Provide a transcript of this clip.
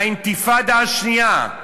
מהאינתיפאדה השנייה,